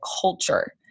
culture